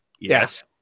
Yes